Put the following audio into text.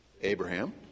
Abraham